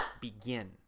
begin